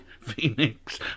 Phoenix